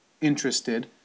interested